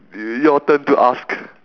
your turn to ask